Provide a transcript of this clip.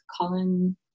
colin